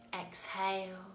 Exhale